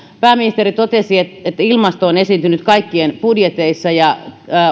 pääministeri totesi että että ilmasto on esiintynyt kaikkien budjeteissa ja